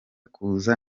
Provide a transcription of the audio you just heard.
kuza